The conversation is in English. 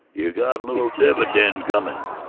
you got a little dividend coming,